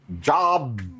job